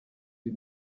can